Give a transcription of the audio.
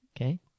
Okay